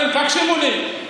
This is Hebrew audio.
חברים, תקשיבו לי.